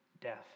death